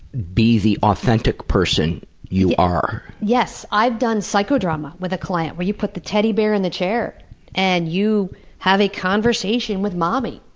be the authentic person you are. yeah! yes. i've done psychodrama with a client where you put the teddy bear in the chair and you have a conversation with mommy,